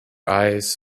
eyes